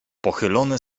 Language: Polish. pochylone